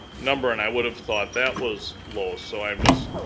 number and i would have thought that was low, so i'm just.